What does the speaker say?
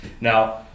Now